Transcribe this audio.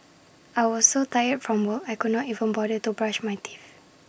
I was so tired from work I could not even bother to brush my teeth